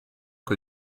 que